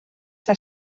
s’ha